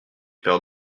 peur